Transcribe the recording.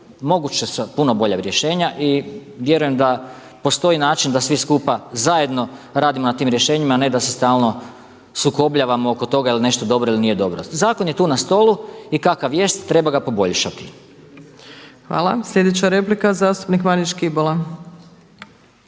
moguća su puno bolja rješenja i vjerujem da postoji način da svi skupa zajedno radimo na tim rješenjima, a ne da se stalno sukobljavamo oko toga je li nešto dobro ili nije dobro. Zakon je tu na stolu i kakav jest treba ga poboljšati. **Opačić, Milanka (SDP)** Hvala. Sljedeća replika, zastupnik Marin Škibola.